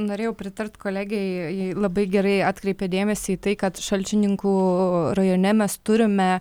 norėjau pritarti kolegei ji labai gerai atkreipė dėmesį į tai kad šalčininkų rajone mes turime